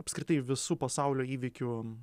apskritai visų pasaulio įvykių